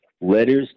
Letters